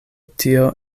tio